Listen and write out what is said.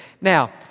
Now